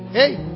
Hey